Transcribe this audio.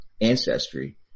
ancestry